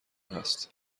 هست